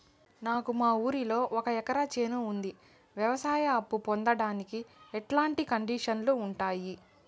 నాకు మా ఊరిలో ఒక ఎకరా చేను ఉంది, వ్యవసాయ అప్ఫు పొందడానికి ఎట్లాంటి కండిషన్లు ఉంటాయి?